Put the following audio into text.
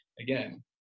Again